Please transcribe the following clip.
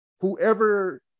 whoever